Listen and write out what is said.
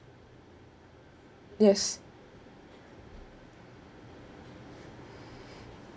yes